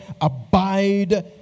abide